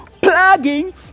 plugging